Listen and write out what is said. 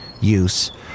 use